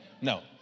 no